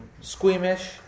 Squeamish